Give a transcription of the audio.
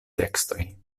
tekstoj